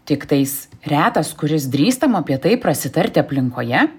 tiktais retas kuris drįstam apie tai prasitarti aplinkoje